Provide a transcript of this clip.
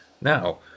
Now